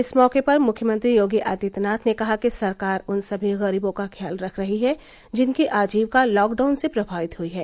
इस मौके पर मुख्यमंत्री योगी आदित्यनाथ ने कहा कि सरकार उन सभी गरीबों का ख्याल रख रही है जिनकी आजिवीका लॉकडाउन से प्रभावित हुई है